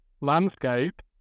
landscape